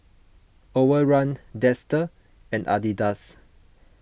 Overrun Dester and Adidas